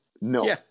No